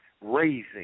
raising